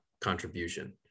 contribution